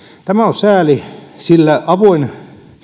tämä on sääli sillä avoin